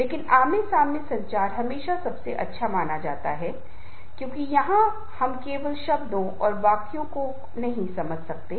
इसके अलावा अगर कोई नेता उसकी देखभाल करने का अच्छा काम कर रहा है या वह खुद या वह इस बारे में ज्यादा स्पष्ट है कि दूसरे कैसे कर सकते हैं